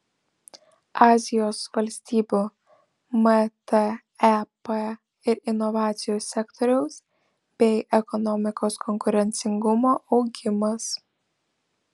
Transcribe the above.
azijos valstybių mtep ir inovacijų sektoriaus bei ekonomikos konkurencingumo augimas